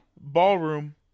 Ballroom